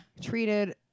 treated